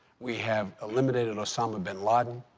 we have eliminated osama bin laden.